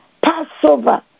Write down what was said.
Passover